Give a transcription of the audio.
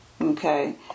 Okay